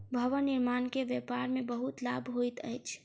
भवन निर्माण के व्यापार में बहुत लाभ होइत अछि